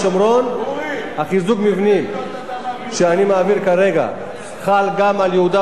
חיזוק המבנים שאני מעביר כרגע חל גם על יהודה ושומרון,